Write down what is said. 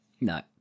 No